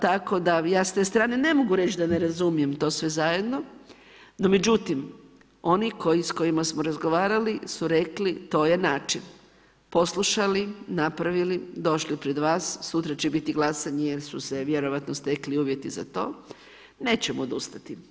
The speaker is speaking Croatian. Tako da ja s te strane ne mogu reći da ne razumijem to sve zajedno, no međutim, oni s kojima smo razgovarali su rekli to je način, poslušali, napravili, došli pred vas, sutra će biti glasanje jer su se vjerojatno stekli uvjeti za to, nećemo odustati.